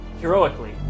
heroically